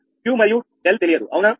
Q మరియు 𝛿 తెలియదు అవునా